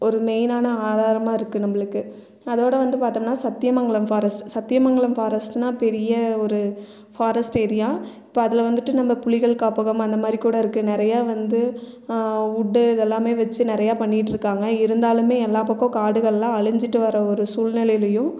ஒரு மெயின்னான ஆதாரமாக இருக்கு நம்பளுக்கு அதோடு வந்து பார்த்தம்னா சத்தியமங்கலம் ஃபாரஸ்ட் சத்தியமங்கலம் ஃபாரஸ்ட்ன்னா பெரிய ஒரு ஃபாரஸ்ட் ஏரியா இப்போ அதில் வந்துட்டு நம்ப புலிகள் காப்பகம் அந்தமாதிரிக்கூட இருக்கு நிறையா வந்து வுட்டு இதெல்லாமே வச்சு நிறையாப் பண்ணிக்கிட்டு இருக்காங்க இருந்தாலுமே எல்லாப் பக்கம் காடுகள்லாம் அழிஞ்சிட்டு வர்ற ஒரு சூழ்நிலைலயும்